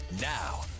now